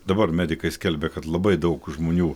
dabar medikai skelbia kad labai daug žmonių